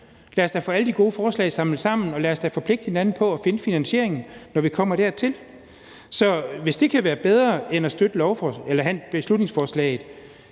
lad os da få alle de gode forslag samlet sammen, og lad os da forpligte hinanden på at finde finansieringen, når vi kommer dertil. Så hvis det kan være bedre end at støtte beslutningsforslaget,